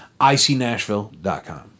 icnashville.com